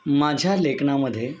माझ्या लेखनामध्ये